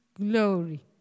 glory